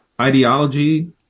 ideology